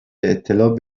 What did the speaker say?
اطلاع